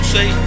Say